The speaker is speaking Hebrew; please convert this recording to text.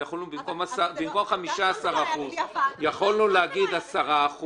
ובמקום 15% יכולנו להגיד 10%,